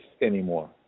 anymore